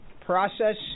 process